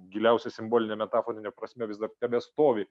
giliausia simboline metaforine prasme vis dar tebestovi